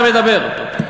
אין לך מושג מה אתה מדבר.